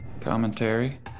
commentary